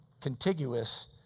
contiguous